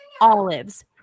olives